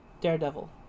Daredevil